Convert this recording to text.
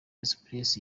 express